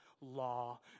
law